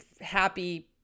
happy